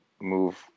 move